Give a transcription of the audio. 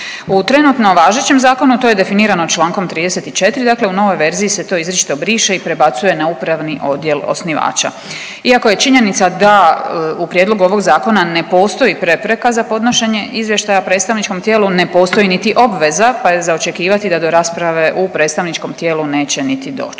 U trenutno važećem zakonu, a to je definirano člankom 34., dakle u novoj verziji se to izričito briše i prebacuje na upravni odjel osnivača. Iako je činjenica da u prijedlogu ovog zakona ne postoji prepreka za podnošenje izvještaja predstavničkom tijelu ne postoji niti obveza, pa je za očekivati da do rasprave u predstavničkom tijelu neće niti doći.